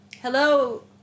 hello